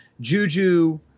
Juju